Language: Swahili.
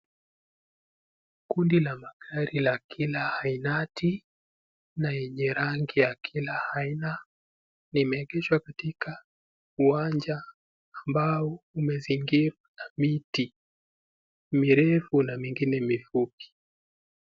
Kundi la magari la kila ainati na yenye rangi ya kila aina limeegeshwa katika uwanja ambao umezingirwa na miti mirefu na mingine mifupi.